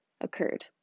occurred